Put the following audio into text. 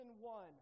one